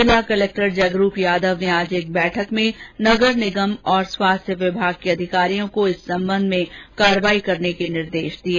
जिला कलक्टर जगरूप यादव ने आज एक बैठक में नगर निगम और स्वास्थ्य विभाग के अधिकारियों को इस संबंध में कार्यवाही करने के निर्देष दिये